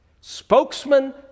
spokesman